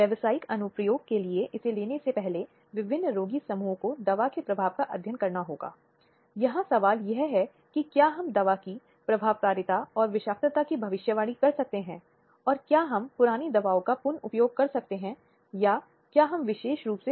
slide समय देखें 0826 अब बलात्कार के अपराध में निर्दिष्ट परिस्थितियों का एक सेट हो गया है जिसमें यदि कृत्य आदमी द्वारा अपराध किया जाता है तो यह एक अपराध बनता है